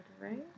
right